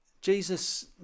Jesus